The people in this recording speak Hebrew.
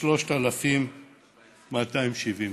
של 3,270 שקל.